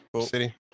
City